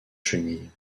chenilles